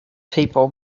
people